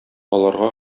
аларга